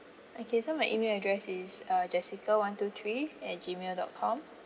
okay so my email address is uh jessica one two three at G mail dot com